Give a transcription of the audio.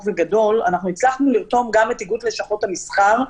וגדול הצלחנו לרתום גם את איגוד לשכות המסחר,